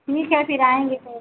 ठीक है फिर आएंगे तो